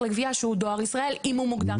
לגבייה שהוא דואר ישראל אם הוא מוגדר תאגיד עזר לגבייה.